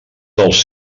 dels